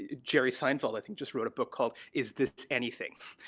jerry seinfeld i think just wrote a book called, is this anything,